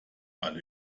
alle